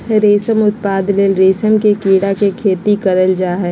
रेशम उत्पादन ले रेशम के कीड़ा के खेती करल जा हइ